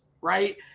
right